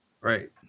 Right